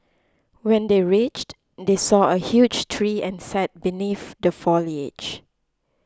when they reached they saw a huge tree and sat beneath the foliage